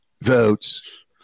votes